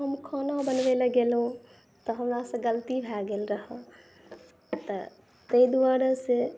हम खाना बनबय लए गेलहुँ तऽ हमरासॅं गलती भए गेल रहय तऽ तैं दुआरे से